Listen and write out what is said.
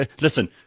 Listen